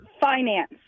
Finance